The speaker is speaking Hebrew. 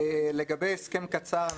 לגבי הסכם קצר,